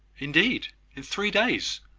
indeed! in three days!